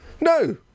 No